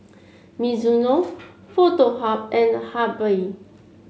Mizuno Foto Hub and Habibie